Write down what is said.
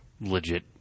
legit